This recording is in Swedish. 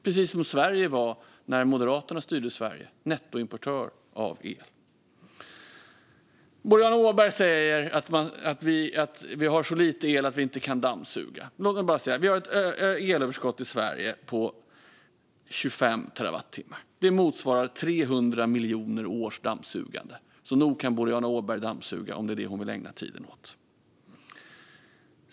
Precis som Sverige var när Moderaterna styrde Sverige är Finland nettoimportör av el. Boriana Åberg sa att vi har så lite el att vi inte kan dammsuga. Låt mig bara säga att vi har ett elöverskott i Sverige på 25 terawattimmar. Det motsvarar 300 miljoner års dammsugande, så nog kan Boriana Åberg dammsuga om det är det hon vill ägna tiden åt.